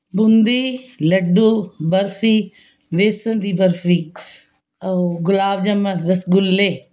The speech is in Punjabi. ਬੂੰਦੀ ਲੱਡੂ ਬਰਫੀ ਵੇਸਣ ਦੀ ਬਰਫੀ ਓ ਗੁਲਾਬ ਜਾਮਣ ਰਸਗੁੱਲੇ